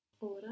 Ora